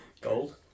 Gold